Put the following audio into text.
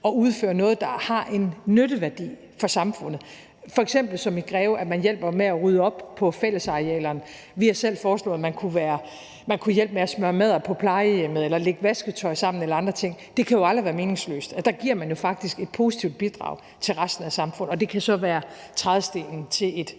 og udfører noget, der har en nytteværdi for samfundet, f.eks. at man som i Greve hjælper med at rydde op på fællesarealerne. Vi har selv foreslået, at man kunne hjælpe med at smøre madder på plejehjemmet eller lægge vasketøj sammen eller andre ting. Det kan jo aldrig være meningsløst; der giver man faktisk et positivt bidrag til resten af samfundet, og det kan så være trædestenen til at